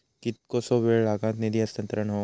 कितकोसो वेळ लागत निधी हस्तांतरण हौक?